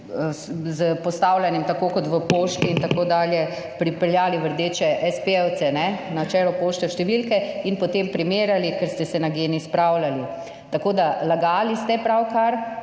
s postavljanjem tako kot v pošti in tako dalje pripeljali v rdeče espejevce na čelo pošte v številke in potem primerjali, ker ste se na Gen-I spravljali. Tako da, lagali ste pravkar